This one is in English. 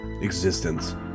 existence